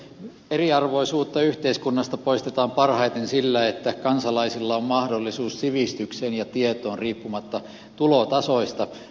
eriarvoisuutta yhteiskunnasta poistetaan parhaiten sillä että kansalaisilla on mahdollisuus sivistykseen ja tietoon riippumatta tulotasoista